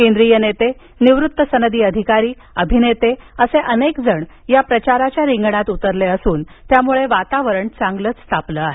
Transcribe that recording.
केंद्रीय नेते निवृत्त सनदी अधिकारी अभिनेते असे अनेकजण या प्रचाराच्या रिंगणात उतरले असून त्यामुळे वातावरण तापलं आहे